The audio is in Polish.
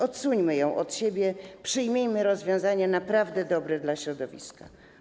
Odsuńmy ją od siebie, przyjmijmy rozwiązanie naprawdę dobre dla środowiska.